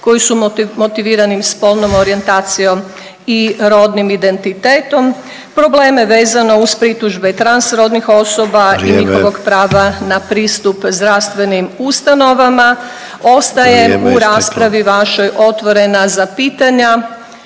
koji su motivirani spolnom orijentacijom i rodnim identitetom, probleme vezano uz pritužbe i transrodnih osoba i njihovog prava … .../Upadica: Vrijeme./... … na pristup zdravstvenim ustanovama. Ostajem u raspravi vašoj … .../Upadica: